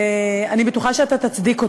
ואני בטוחה שאתה תצדיק אותה.